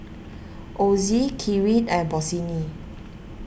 Ozi Kiwi and Bossini